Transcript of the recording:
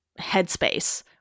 headspace